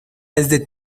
desde